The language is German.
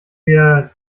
wir